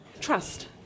Trust